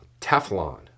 Teflon